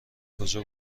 کجا